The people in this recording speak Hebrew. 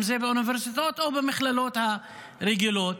אם זה באוניברסיטאות או במכללות הרגילות,